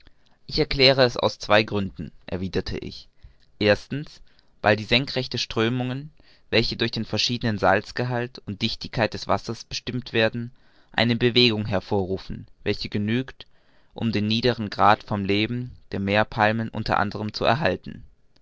ich erkläre es aus zwei gründen erwiderte ich erstlich weil die senkrechten strömungen welche durch den verschiedenen salzgehalt und dichtigkeit der wasser bestimmt werden eine bewegung hervorrufen welche genügt um den niederen grad vom leben der meerpalmen u a zu unterhalten